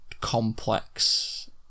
complex